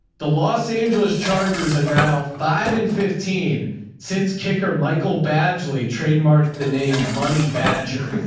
the los angeles chargers are now five and fifteen since kicker michael badgley trademark, the name money badger.